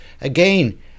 again